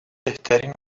بهترین